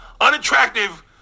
unattractive